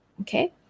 okay